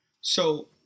So-